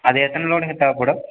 அது எத்தனை லோடுங்க தேவைப்படும்